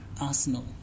arsenal